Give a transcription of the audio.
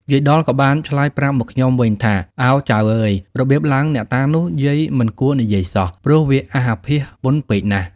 យាយដុលក៏បានឆ្លើយប្រាប់មកខ្ញុំវិញថា៖ “ឱ! ចៅអើយ របៀបឡើងអ្នកតានោះ យាយមិនគួរនិយាយសោះ ព្រោះវាអាសអាភាសពន់ពេកណាស់។